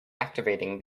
activating